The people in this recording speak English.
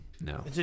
No